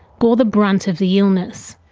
bore the brunt of the illness.